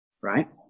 right